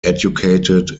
educated